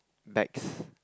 bags